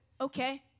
Okay